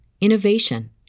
innovation